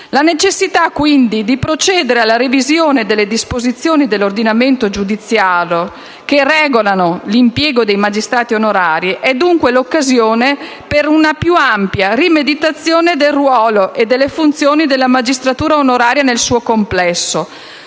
La necessità quindi di procedere alla revisione delle disposizioni dell'ordinamento giudiziario che regolano l'impiego dei magistrati onorari è l'occasione per una più ampia rimeditazione del ruolo e delle funzioni della magistratura onoraria nel suo complesso,